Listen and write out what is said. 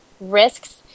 risks